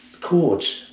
chords